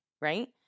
right